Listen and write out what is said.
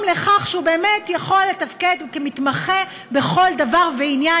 לכך שהוא באמת יכול לתפקד כמתמחה בכל דבר ועניין,